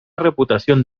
reputación